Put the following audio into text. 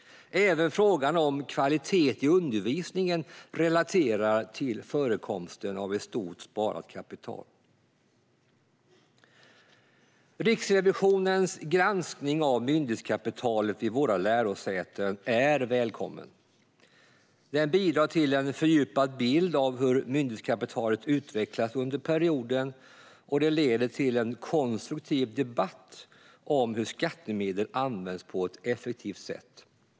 Även frågan om kvalitet i undervisningen relaterar till förekomsten av ett stort sparat kapital. Riksrevisionens granskning av myndighetskapitalet vid våra lärosäten är välkommen. Den bidrar till en fördjupad bild av hur myndighetskapitalet utvecklats under perioden, och det leder till en konstruktiv debatt om hur skattemedel används på ett effektivt sätt.